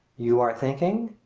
you are thinking!